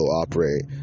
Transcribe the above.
operate